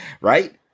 right